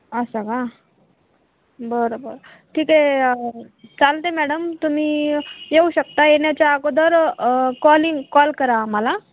असं का बरं बरं ठीक आहे चालते मॅडम तुम्ही येऊ शकता येण्याच्या अगोदर कॉलिंग कॉल करा आम्हाला